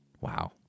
Wow